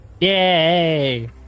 Yay